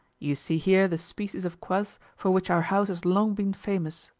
you see here the species of kvass for which our house has long been famous,